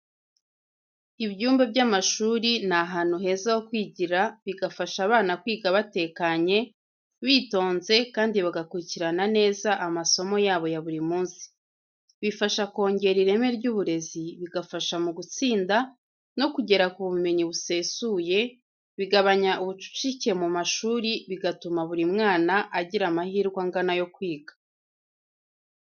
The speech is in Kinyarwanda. Ibyumba by’amashuri, ni ahantu heza ho kwigira, bigafasha abana kwiga batekanye, bitonze kandi bagakurikirana neza amasomo yabo ya buri munsi. Bifasha kongera ireme ry’uburezi, bigafasha mu gutsinda no kugera ku bumenyi busesuye. Bigabanya ubucucike mu mashuri, bigatuma buri mwana agira amahirwe angana yo kwiga.